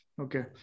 Okay